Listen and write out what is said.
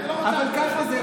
אבל ככה זה,